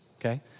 okay